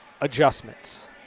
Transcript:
adjustments